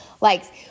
likes